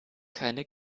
keine